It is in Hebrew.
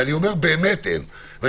ואני אומר באמת שאין; ב.